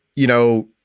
you know,